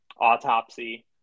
autopsy